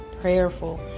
prayerful